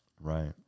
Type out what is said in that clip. Right